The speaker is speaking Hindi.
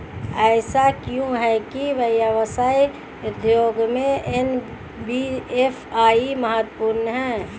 ऐसा क्यों है कि व्यवसाय उद्योग में एन.बी.एफ.आई महत्वपूर्ण है?